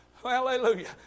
Hallelujah